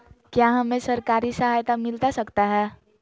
क्या हमे सरकारी सहायता मिलता सकता है?